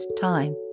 time